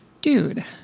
dude